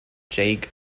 jake